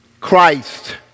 Christ